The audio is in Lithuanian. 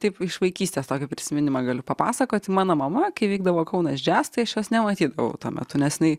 taip iš vaikystės tokį prisiminimą galiu papasakoti mano mama kai vykdavo kaunas jazz tai aš jos nematydavau tuo metu nes jinai